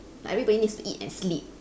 like everybody needs to eat and sleep